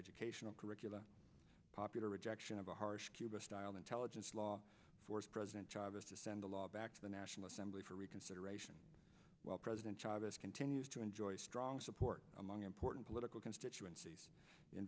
educational curricula popular rejection of a harsh cuba style intelligence law forced president chavez to send a law back to the national assembly for reconsideration while president chavez continues to enjoy strong support among important political constituencies in